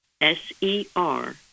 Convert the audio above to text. S-E-R